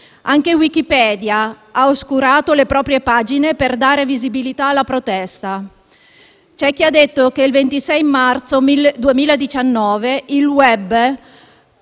Anche "Wikipedia" ha oscurato le proprie pagine per dare visibilità alla protesta. C'è chi ha detto che il 26 marzo 2019 il *web*,